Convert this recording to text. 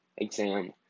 Exam